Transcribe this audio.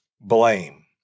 Blame